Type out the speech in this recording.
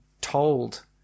told